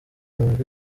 muri